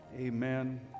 Amen